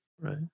right